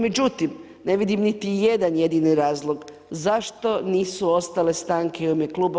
Međutim, ne vidim niti jedan jedini razlog zašto nisu ostale stanke u ime kluba.